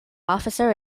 officer